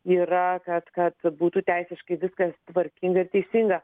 yra kad kad būtų teisiškai viskas tvarkinga teisinga